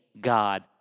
God